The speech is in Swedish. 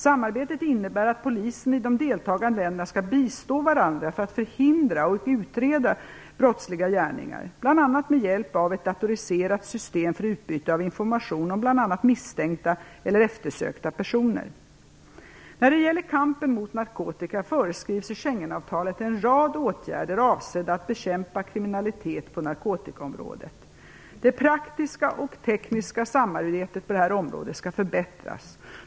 Samarbetet innebär att polisen i de deltagande länderna skall bistå varandra för att förhindra och utreda brottsliga gärningar, bl.a. med hjälp av ett datoriserat system för utbyte av information om bl.a. misstänkta eller eftersökta personer. När det gäller kampen mot narkotika föreskrivs i Schengenavtalet en rad åtgärder avsedda att bekämpa kriminalitet på narkotikaområdet. Det praktiska och tekniska samarbetet på detta område skall förbättras.